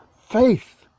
faith